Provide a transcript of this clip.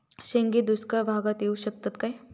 शेंगे दुष्काळ भागाक येऊ शकतत काय?